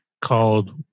called